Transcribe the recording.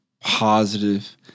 positive